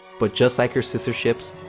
but, just like her sister ships,